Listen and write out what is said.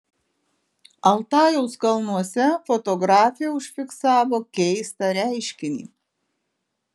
altajaus kalnuose fotografė užfiksavo keistą reiškinį